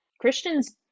Christians